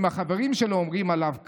אם החברים שלו אומרים עליו כך,